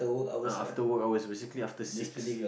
uh after work hours basically after six